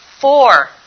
Four